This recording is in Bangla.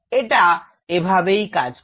তো এটা এভাবেই কাজ করে